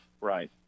Right